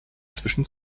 zwischen